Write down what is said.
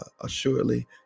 assuredly